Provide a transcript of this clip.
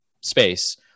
space